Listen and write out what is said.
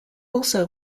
also